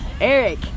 Eric